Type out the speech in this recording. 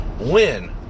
win